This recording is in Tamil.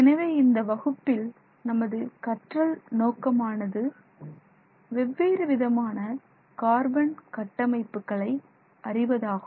எனவே இந்த வகுப்பில் நமது கற்றல் நோக்கமானது வெவ்வேறு விதமான கார்பன் கட்டமைப்புகளை அறிவதாகும்